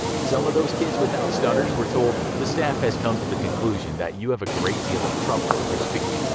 some of those kids without stutters were told, the staff has come to the conclusion that you have a great deal of trouble with your speech.